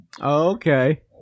Okay